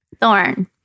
thorn